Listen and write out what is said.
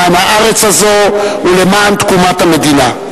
למען הארץ הזאת ולמען תקומת המדינה.